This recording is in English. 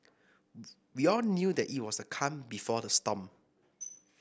we all knew that it was the calm before the storm